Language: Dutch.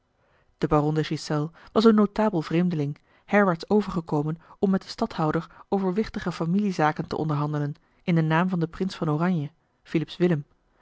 de ghiselles was een notabel vreemdeling herwaarts overgekomen om met den stadhouder over wichtige familie-zaken te onderhandelen in den naam van den prins van oranje